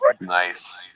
nice